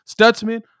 Stutzman